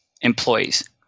employees